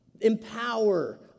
empower